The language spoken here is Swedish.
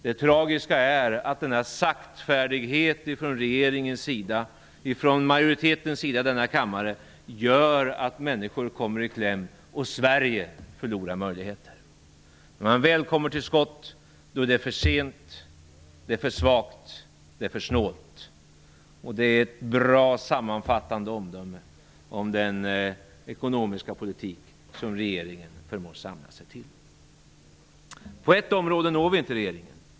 Det tragiska är att denna saktfärdighet från regeringens sida och från majoritetens sida i denna kammare gör att människor kommer i kläm och att Sverige förlorar möjligheter. När man väl kommer till skott är det för sent, det är för svagt, det är för snålt. Det är ett bra sammanfattande omdöme om den ekonomiska politik som regeringen förmår samla sig till. På ett område når vi inte regeringen.